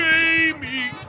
Jamie